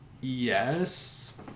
yes